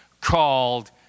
called